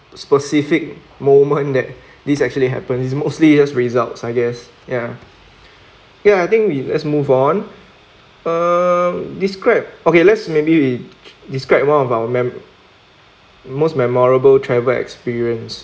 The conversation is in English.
specific moment that this actually happened is mostly just results I guess ya ya I think we let's move on err describe okay let's maybe we describe one of our man most memorable travel experience